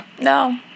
no